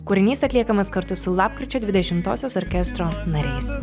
kūrinys atliekamas kartu su lapkričio dvidešimtosios orkestro nariais